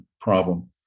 problem